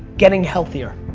getting healthier.